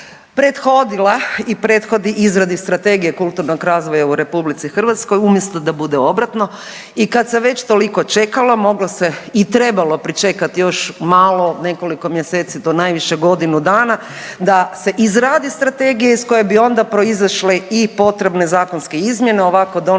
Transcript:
prethodila i prethodi izradi strategije kulturnog razvoja u RH umjesto da bude obratno i kad se već toliko čekalo moglo se i trebalo pričekati još malo nekoliko mjeseci do najviše godinu dana da se izradi strategija iz koje bi ona proizašle i potrebne zakonske izmjene ovako donose